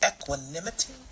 equanimity